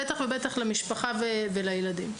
בטח ובטח למשפחה ולילדים.